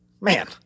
man